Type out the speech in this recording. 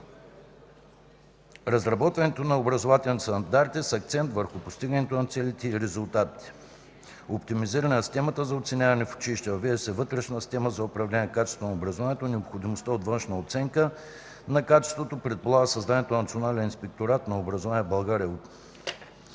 разработването на образователните стандарти с акцент върху постигането на целите и резултатите; - оптимизиране на системата за оценяването в училище. Въвежда се вътрешна система за управление на качеството на образованието. Необходимостта от външна оценка на качеството предполага създаването на Национален инспекторат на образованието в България;